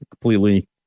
completely